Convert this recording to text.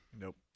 Nope